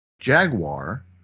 Jaguar